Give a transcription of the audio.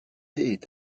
est